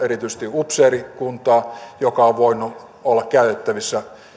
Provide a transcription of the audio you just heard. upseerikuntaa joka on voinut olla käytettävissä